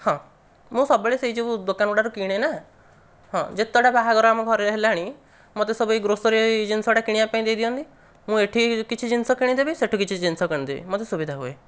ହଁ ମୁଁ ସବୁବେଳେ ସେଇ ଯେଉଁ ଦୋକାନ ଗୁଡ଼ାକ ରୁ କିଣେ ନା ହଁ ଯେତେଟା ବାହାଘର ଆମ ଘରେ ହେଲାଣି ମୋତେ ସବୁ ଏଇ ଗ୍ରୋସରୀ ଜିନିଷ ଗୁଡ଼ିକ କିଣିବାପାଇଁ ଦେଇଦିଅନ୍ତି ମୁଁ ଏଇଠି କିଛି ଜିନିଷ କିଣିଦେବି ସେଇଠୁ କିଛି ଜିନିଷ କିଣିଦେବି ମୋତେ ସୁବିଧା ହୁଏ